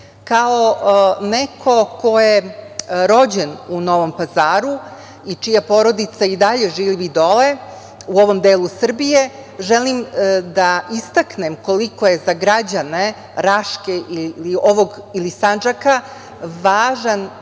kao neko ko je rođen u Novom Pazaru, i čija porodica i dalje živi dole, u ovom delu Srbije, želim da istaknem, koliko je za građane, Raške, Sandžaka, važan